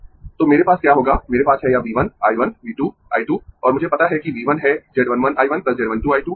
मेरे पास है यह V 1 I 1 V 2 I 2 और मुझे पता है कि V 1 है Z 1 1 I 1 Z 1 2 I 2 V 2 है Z 2 1 I 1 Z 2 2 I 2